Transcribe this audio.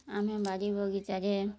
ଆମେ ବାଡ଼ି ବଗିଚାରେ